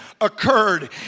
occurred